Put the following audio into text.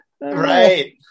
right